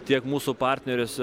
tiek mūsų partneriuose